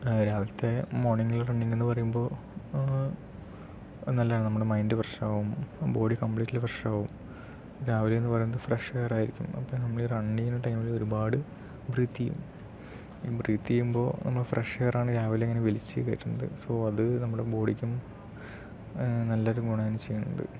രാവിലത്തെ മോർണിങ്ങിലുള്ള റണ്ണിങ് എന്ന് പറയുമ്പോൾ ആ നല്ലതാണ് നമ്മളുടെ മൈൻഡ് ഫ്രഷ് ആകും ബോഡി കപ്ലീറ്റ്ലി ഫ്രഷാകും രാവിലെന്ന് പറയുന്നത് ഫ്രഷ് എയർ ആയിരിക്കും അപ്പോൾ നമ്മളീ റണ്ണെയ്യുന്ന ടൈമില് ഒരുപാട് ബ്രീത്തേയ്യും ഈ ബ്രീതെയ്യുമബം നമ്മള് ഫ്രഷ് എയറാണ് രാവിലെ ഇങ്ങനെ വലിച്ച് കയറ്റുന്നത് സൊ അത് നമ്മുടെ ബോഡിക്കും നല്ലൊരു ഗുണമാണ് ചെയ്യുന്നത്